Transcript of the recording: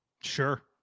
sure